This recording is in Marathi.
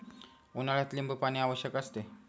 उन्हाळ्यात लिंबूपाणी आवश्यक असते